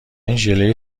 ژله